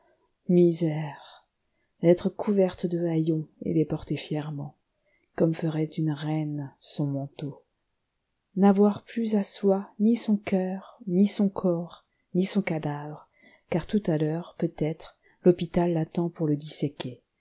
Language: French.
misère être couverte de haillons et les porter fièrement comme ferait une reine son manteau navoir plus à soi ni son coeur ni son corps ni son cadavre car tout à l'heure peut-être l'hôpital l'attend pour le